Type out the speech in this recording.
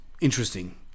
interesting